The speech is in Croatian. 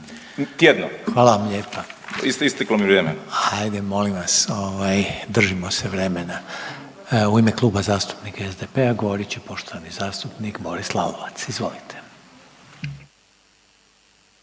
lijepa. .../Upadica: Isteklo mi vrijeme./... Hajde molim vas, ovaj, držimo se vremena. U ime Kluba zastupnika SDP-a govorit će poštovani zastupnik Boris Lalovac, izvolite.